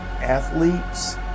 athletes